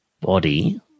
body